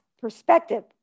perspective